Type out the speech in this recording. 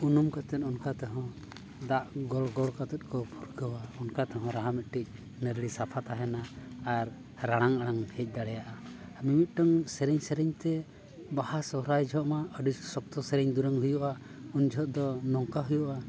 ᱩᱱᱩᱢ ᱠᱟᱛᱮᱫ ᱚᱱᱠᱟ ᱛᱮᱦᱚᱸ ᱫᱟᱜ ᱜᱚᱞ ᱜᱚᱞ ᱠᱟᱛᱮᱫ ᱠᱚ ᱵᱷᱩᱞᱠᱟᱹᱣᱟ ᱚᱱᱠᱟ ᱛᱮᱦᱚᱸ ᱨᱟᱦᱟ ᱢᱤᱫᱴᱤᱡ ᱱᱟᱹᱰᱨᱤ ᱥᱟᱯᱷᱟ ᱛᱟᱦᱮᱱᱟ ᱟᱨ ᱨᱟᱲᱟᱝ ᱟᱲᱟᱝ ᱦᱮᱡ ᱫᱟᱲᱮᱭᱟᱜᱼᱟ ᱢᱤᱢᱤᱫᱴᱟᱝ ᱥᱮᱨᱮᱧ ᱥᱮᱨᱮᱧ ᱛᱮ ᱵᱟᱦᱟ ᱥᱚᱦᱚᱨᱟᱭ ᱡᱚᱠᱷᱚᱱ ᱢᱟ ᱟᱹᱰᱤ ᱥᱚᱠᱛᱚ ᱥᱮᱨᱮᱧ ᱫᱩᱨᱟᱹᱝ ᱦᱩᱭᱩᱜᱼᱟ ᱩᱱ ᱡᱚᱠᱷᱚᱱ ᱫᱚ ᱱᱚᱝᱠᱟ ᱦᱩᱭᱩᱜᱼᱟ